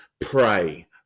pray